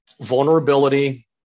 Vulnerability